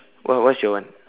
wha~ what's your one